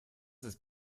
ist